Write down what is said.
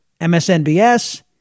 msnbs